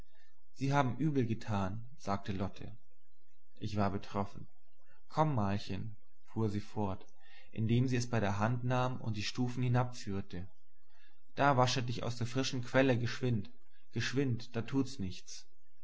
sie haben übel getan sagte lotte ich war betroffen komm malchen fuhr sie fort indem sie es bei der hand nahm und die stufen hinabführte da wasche dich aus der frischen quelle geschwind geschwind da tut's nichts